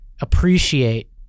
appreciate